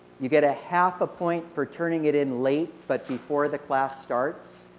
you get a half a point for turning it in late but before the class starts.